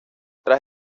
tras